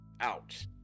out